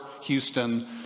Houston